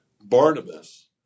Barnabas